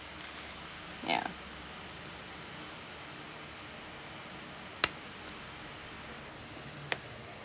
ya